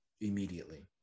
immediately